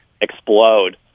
explode